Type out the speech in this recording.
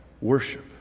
worship